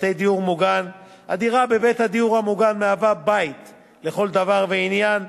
בבתי דיור מוגן הדירה בבית הדיור המוגן מהווה בית לכל דבר ועניין,